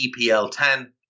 EPL10